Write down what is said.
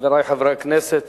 חברי חברי הכנסת,